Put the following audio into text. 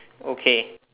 okay